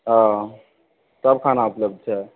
हँ सब खाना उपलब्ध छै